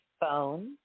phone